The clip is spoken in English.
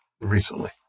recently